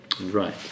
Right